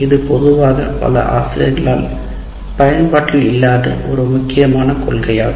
இது பொதுவாக பல ஆசிரியர்களால் பயன்பாட்டில் இல்லாத ஒரு முக்கியமான கொள்கையாகும்